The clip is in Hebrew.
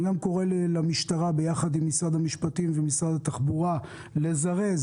אני גם קורא למשטרה יחד עם משרד המשפטים ומשרד התחבורה לזרז